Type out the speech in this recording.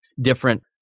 different